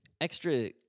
extra